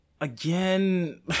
again